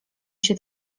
się